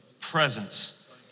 presence